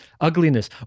ugliness